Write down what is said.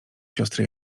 siostry